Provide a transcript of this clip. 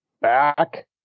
Back